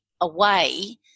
away